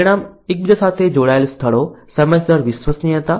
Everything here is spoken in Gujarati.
પરિણામ એકબીજા સાથે જોડાયેલા સ્થળો સમયસર વિશ્વસનીયતા છે